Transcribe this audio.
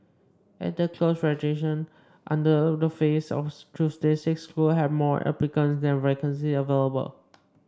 at the close of registration under the phase on Tuesday six schools had more applicants than vacancies available